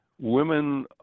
women